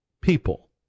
people